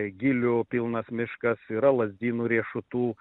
gilių pilnas miškas yra lazdynų riešutų